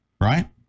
Right